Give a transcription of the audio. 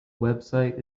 website